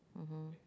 mmhmm